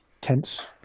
tense